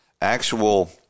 actual